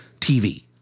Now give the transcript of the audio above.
TV